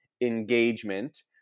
engagement